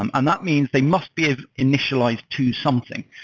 um and that means they must be initialized to something.